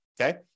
okay